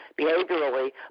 behaviorally